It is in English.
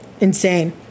Insane